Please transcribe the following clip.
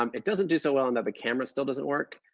um it doesn't do so well in the camera still doesn't work,